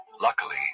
Luckily